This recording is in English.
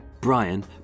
Brian